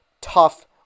tough